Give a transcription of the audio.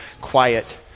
quiet